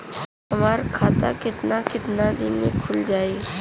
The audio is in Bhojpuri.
हमर खाता कितना केतना दिन में खुल जाई?